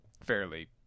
fairly